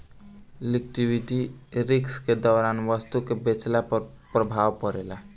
liquidity risk के दौरान वस्तु के बेचला पर प्रभाव पड़ेता